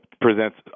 presents